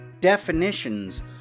definitions